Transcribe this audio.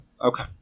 Okay